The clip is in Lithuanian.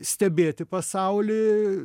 stebėti pasaulį